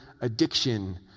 addiction